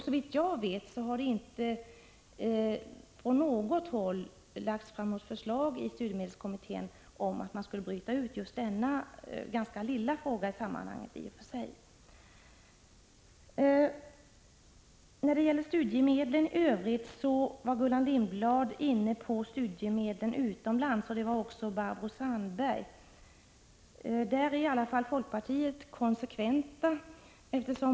Såvitt jag vet har det inte från något håll i studiemedelskommittén kommit något förslag om att just denna fråga, som i och för sig är ganska liten i detta sammanhang, skulle brytas ut. Sedan något om studiemedlen för studier utomlands. Även Barbro Sandberg berörde den frågan. I det avseendet är man i varje fall inom folkpartiet konsekvent.